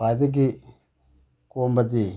ꯈ꯭ꯋꯥꯏꯗꯒꯤ ꯀꯣꯝꯕꯗꯤ